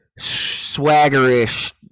swaggerish